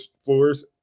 floors